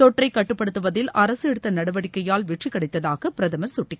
தொற்றைக் கட்டுப்படுத்துவதில் அரசு எடுத்த நடவடிக்கையால் வெற்றி கிடைத்ததாக பிரதமர் கட்டிக்காட்டினார்